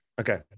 Okay